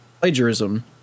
plagiarism